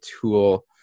tool